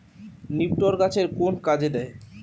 নিপটর গাছের কোন কাজে দেয়?